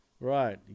Right